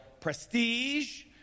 prestige